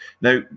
Now